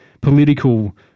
political